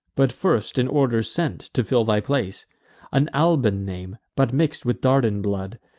but first in order sent, to fill thy place an alban name, but mix'd with dardan blood,